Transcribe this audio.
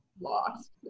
lost